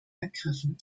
ergriffen